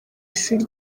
ishuri